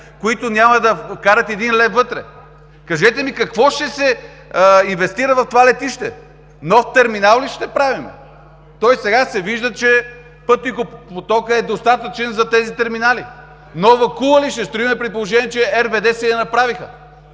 които няма да вкарат и един лев вътре. Кажете ми, какво ще се инвестира в това летище? Нов терминал ли ще правим? То и сега се вижда, че пътникопотокът е достатъчен за тези терминали. Нова кула ли ще строим, при положение че РВД си я направиха?